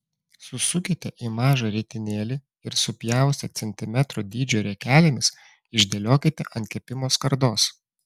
susukite į mažą ritinėlį ir supjaustę centimetro dydžio riekelėmis išdėliokite ant kepimo skardos